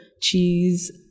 cheese